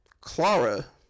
Clara